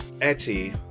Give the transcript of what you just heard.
Etty